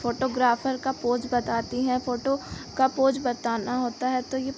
photographer का pose बताती हैं फ़ोटो का पोज़ बताना होता है तो यह